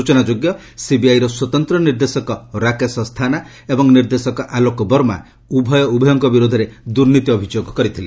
ସୂଚନା ଯୋଗ୍ୟ ସିବିଆଇ ର ସ୍ୱତନ୍ତ୍ର ନିର୍ଦ୍ଦେଶକ ରାକେଶ ଅସ୍ଥାନା ଏବଂ ନିର୍ଦ୍ଦେଶକ ଆଲୋକ ବର୍ମା ଉଭୟ ଉଭୟଙ୍କ ବିରୋଧରେ ଦୁର୍ନୀତି ଅଭିଯୋଗ କରିଥିଲେ